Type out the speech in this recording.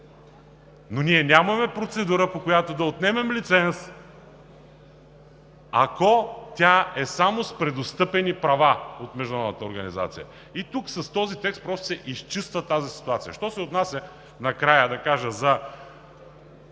но ние нямаме процедура, по която да отнемем лиценз, ако тя е само с преотстъпени права от Международната организация. С този текст просто се изчиства тази ситуация. Що се отнася, накрая да кажа, за